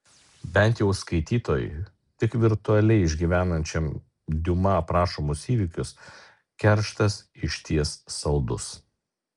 bent jau skaitytojui tik virtualiai išgyvenančiam diuma aprašomus įvykius kerštas išties saldus